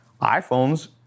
iPhones